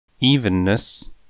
Evenness